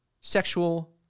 sexual